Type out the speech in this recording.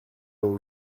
will